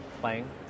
playing